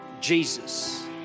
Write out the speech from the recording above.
Jesus